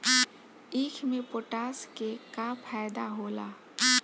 ईख मे पोटास के का फायदा होला?